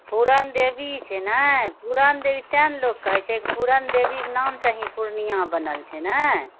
पूरण देवी छै नहि पूरण देवी ताहि ने लोक कहए छै पूरण देवीके नाम से ही पूर्णिया बनल छै ने